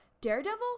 Daredevil